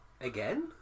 Again